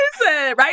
Right